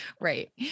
Right